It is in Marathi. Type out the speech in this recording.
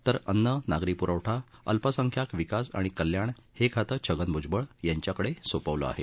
तर अन्न नागरी प्रवठा अल्पसंख्याक विकास आणि कल्याण हे खातं छगन भ्जबळ यांच्याकडे सोपवलं आहे